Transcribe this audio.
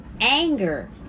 Anger